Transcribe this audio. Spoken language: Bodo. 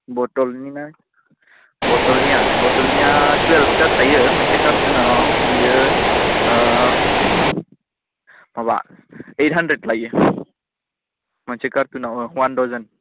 बथलनि ना बथलनिया टुयेल्भथा थायो मोनसे खार्टुनाव बेयो माबा ओइद हानद्रेद लायो मोनसे खार्टुनाव ओं वान डजन